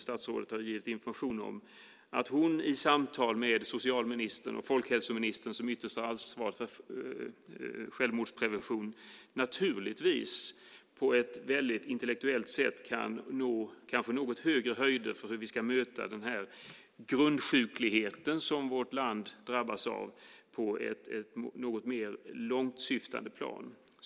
Statsrådet har ju givit information om att hon i samtal med socialministern och folkhälsoministern, som ytterst har ansvaret för självmordsprevention, på ett intellektuellt sätt kanske kan nå något högre höjder när det gäller hur vi ska möta den grundsjuklighet som vårt land drabbas av på ett något mer långtsyftande plan.